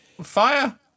fire